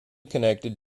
connected